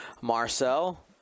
Marcel